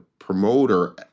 promoter